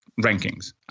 rankings